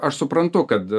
aš suprantu kad